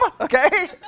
Okay